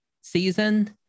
season